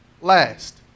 last